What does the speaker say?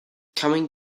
coming